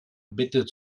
bitte